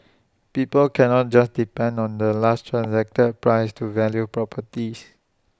people cannot just depend on the last transacted prices to value properties